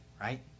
right